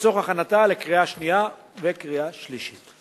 לצורך הכנתה לקריאה השנייה וקריאה שלישית.